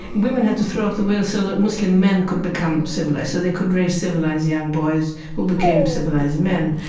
women had to throw off the veil so that muslim men could become civilized, so they could raise civilized young boys who became civilized men.